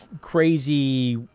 crazy